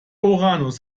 uranus